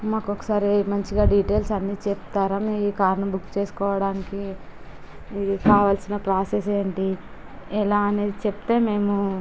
మాకు ఒకసారి మంచిగా డీటెయిల్స్ అన్నీ చెప్తారా మీ కార్ని బుక్ చేసుకోవడానికి కావల్సిన ప్రోసెస్ ఏంటి ఎలా అనేది చెప్తే మేము